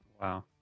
Wow